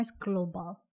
Global